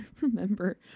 remember